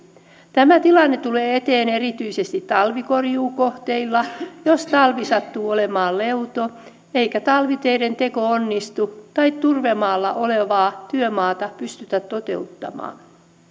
tämä tilanne tulee eteen erityisesti talvikorjuukohteilla jos talvi sattuu olemaan leuto eikä talviteiden teko onnistu tai turvemaalla olevaa työmaata pystytä toteuttamaan